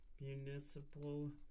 municipal